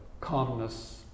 calmness